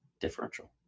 differential